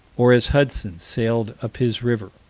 or as hudson sailed up his river.